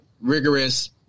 rigorous